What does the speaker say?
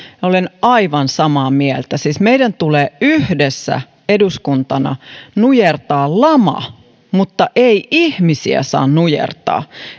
olen aivan samaa mieltä siis meidän tulee yhdessä eduskuntana nujertaa lama mutta ei ihmisiä saa nujertaa